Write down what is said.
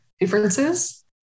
differences